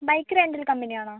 bike rental company ആണോ